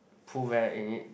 pooh bear in it